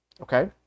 okay